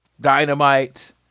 Dynamite